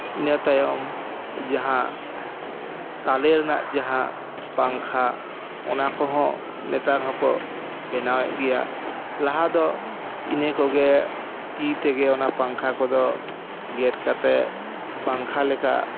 ᱤᱱᱟᱹ ᱛᱟᱭᱚᱢ ᱡᱟᱦᱟᱸ ᱛᱟᱞᱮ ᱨᱮᱱᱟᱜ ᱡᱟᱦᱟᱸ ᱯᱟᱝᱠᱷᱟ ᱚᱱᱟ ᱠᱚᱦᱚᱸ ᱱᱮᱛᱟᱨ ᱦᱚᱸᱠᱚ ᱵᱮᱱᱟᱣᱮᱫ ᱜᱮᱭᱟ ᱞᱟᱦᱟ ᱫᱚ ᱤᱱᱟᱹ ᱠᱚᱜᱮ ᱛᱤ ᱛᱮᱜᱮ ᱚᱱᱟ ᱯᱟᱝᱠᱷᱟ ᱠᱚᱫᱚ ᱜᱮᱫ ᱠᱟᱛᱮᱫ ᱯᱟᱝᱠᱷᱟ ᱞᱮᱠᱟ